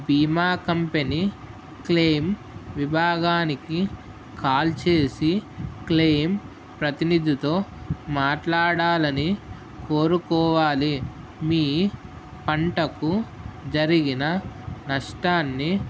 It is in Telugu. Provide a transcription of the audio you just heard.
బీమా కంపెనీ క్లెయిమ్ విభాగానికి కాల్ చేసి క్లెయిమ్ ప్రతినిధితో మాట్లాడాలని కోరుకోవాలి మీ పంటకు జరిగిన నష్టాన్ని